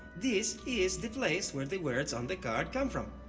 this is the place where the words on the card come from.